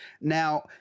Now